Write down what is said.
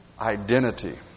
identity